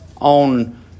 on